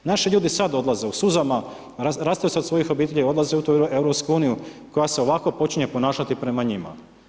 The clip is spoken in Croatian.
Naši ljudi sad odlaze u suzama rastaju se od svojih obitelji, odlaze u EU koja se ovako počinje ponašati prema njima.